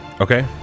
Okay